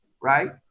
right